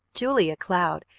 julia cloud,